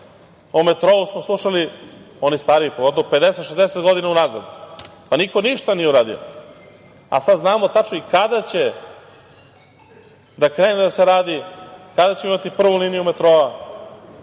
metrou smo slušali 50, 60 godina unazad i niko ništa nije uradio, a sad znamo tačno i kada će da krene da se radi, kada ćemo imati prvu liniju metroa.